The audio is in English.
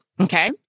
okay